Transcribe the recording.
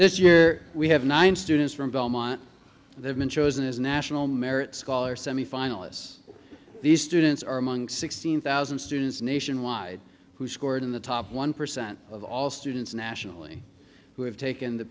this year we have nine students from belmont they've been chosen as national merit scholar semifinalists these students are among sixteen thousand students nationwide who scored in the top one percent of all students nationally who have taken the